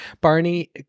Barney